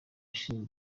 ushinzwe